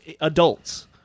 adults